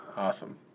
Awesome